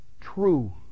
true